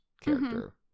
character